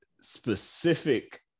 specific